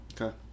Okay